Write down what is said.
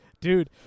Dude